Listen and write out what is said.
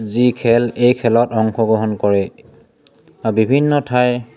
যি খেল এই খেলত অংশগ্ৰহণ কৰে আৰু বিভিন্ন ঠাইৰ